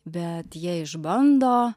bet jie išbando